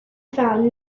found